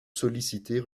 solliciter